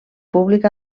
públic